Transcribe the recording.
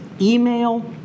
email